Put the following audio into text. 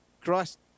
Christ